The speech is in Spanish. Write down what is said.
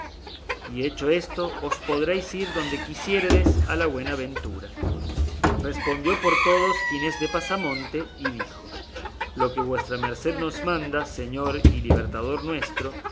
y hecho esto os podréis ir donde quisiéredes a la buena ventura respondió por todos ginés de pasamonte y dijo lo que vuestra merced nos manda señor y libertador nuestro